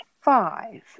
five